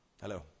Hello